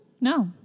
No